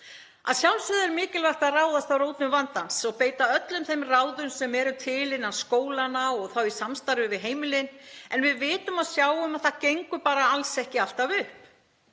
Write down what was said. Að sjálfsögðu er mikilvægt að ráðast að rótum vandans og beita öllum þeim ráðum sem eru til innan skólanna, og þá í samstarfi við heimilin, en við vitum og sjáum að það gengur bara alls ekki alltaf upp.